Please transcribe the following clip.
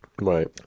Right